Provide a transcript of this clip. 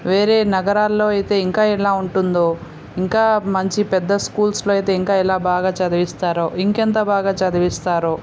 వేరే నగరాలలో అయితే ఇంకా ఎలా ఉంటుందో ఇంకా మంచి పెద్ద స్కూల్స్లో అయితే ఇంకా ఎలా బాగా చదివిస్తారో ఇంకెంత బాగా చదివిస్తారో